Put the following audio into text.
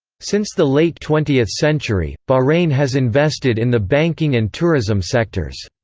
since the late twentieth century, bahrain has invested in the banking and tourism sectors.